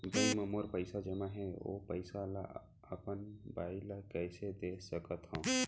Bank म मोर पइसा जेमा हे, ओ पइसा ला अपन बाई ला कइसे दे सकत हव?